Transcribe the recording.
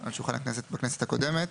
על שולחן הכנסת בכנסת הקודמת.